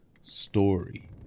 story